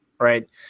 Right